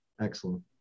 Excellent